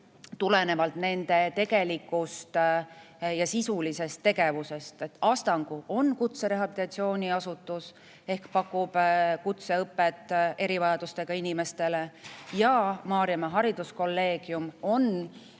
tulenevalt nende tegelikust ja sisulisest tegevusest. Astangu on kutserehabilitatsiooniasutus ehk pakub kutseõpet erivajadustega inimestele ja Maarjamaa Hariduskolleegium